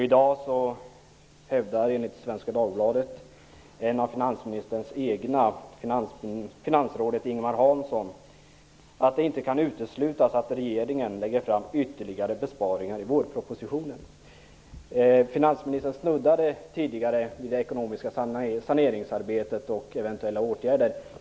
I dag hävdar enligt Svenska Dagbladet en av finansministerns egna, finansrådet Ingemar Hansson, att det inte kan uteslutas att regeringen lägger fram ytterligare besparingar i vårpropositionen. Finansministern snuddade tidigare vid det ekonomiska saneringsarbetet och eventuella åtgärder.